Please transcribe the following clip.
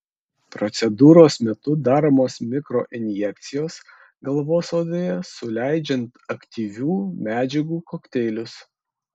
procedūros metu daromos mikroinjekcijos galvos odoje suleidžiant aktyvių medžiagų kokteilius